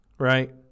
Right